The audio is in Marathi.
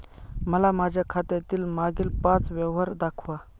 मला माझ्या खात्यातील मागील पांच व्यवहार दाखवा